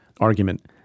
argument